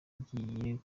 agiye